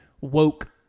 woke